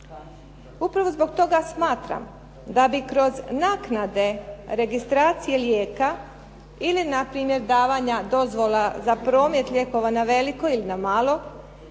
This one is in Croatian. Upravo zbog toga smatram da bi kroz naknade registracije lijeka ili na primjer davanja dozvola za promet lijekova na veliko ili na malo,